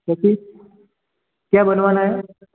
क्या चीज़ क्या बनवाना है